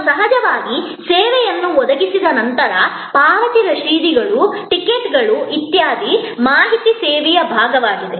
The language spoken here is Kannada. ಮತ್ತು ಸಹಜವಾಗಿ ಸೇವೆಯನ್ನು ಒದಗಿಸಿದ ನಂತರ ಪಾವತಿ ರಶೀದಿಗಳು ಟಿಕೆಟ್ಗಳು ಇತ್ಯಾದಿಗಳು ಮಾಹಿತಿ ಸೇವೆಯ ಭಾಗವಾಗಿದೆ